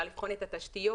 אפשר לבחון את התשתיות.